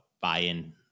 buy-in